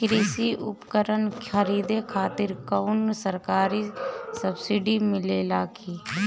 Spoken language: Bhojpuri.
कृषी उपकरण खरीदे खातिर कउनो सरकारी सब्सीडी मिलेला की?